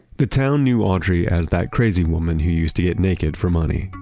the town knew audrey as that crazy woman who used to get naked for money.